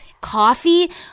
Coffee